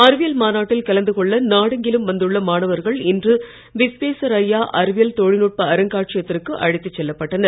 அறிவியல் மாநாட்டில் கலந்து கொள்ள நாடெங்கிலும் வந்துள்ள மாணவர்கள் இன்று விஸ்வேஸ்வரய்யா அறிவியல் தொழில்நுட்ப அருங்காட்சியகத்திற்கு அழைத்து செல்லப்பட்டனர்